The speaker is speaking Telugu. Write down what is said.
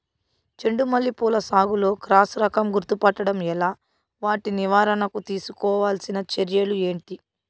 చెండు మల్లి పూల సాగులో క్రాస్ రకం గుర్తుపట్టడం ఎలా? వాటి నివారణకు తీసుకోవాల్సిన చర్యలు ఏంటి?